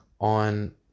on